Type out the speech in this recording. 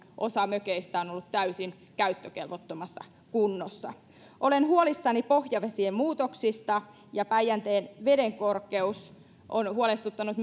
osa mökeistä on ollut täysin käyttökelvottomassa kunnossa olen huolissani pohjavesien muutoksista ja päijänteen vedenkorkeus on huolestuttanut